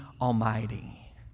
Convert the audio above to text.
Almighty